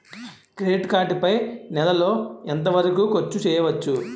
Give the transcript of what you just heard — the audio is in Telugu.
క్రెడిట్ కార్డ్ పై నెల లో ఎంత వరకూ ఖర్చు చేయవచ్చు?